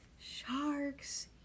Sharks